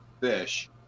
fish